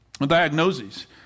diagnoses